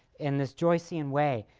in this joycean way,